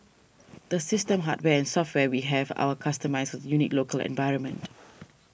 the system hardware and software we have our customised for the unique local environment